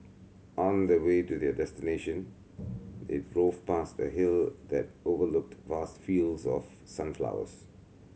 on the way to their destination they drove past a hill that overlooked vast fields of sunflowers